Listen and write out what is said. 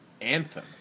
Anthem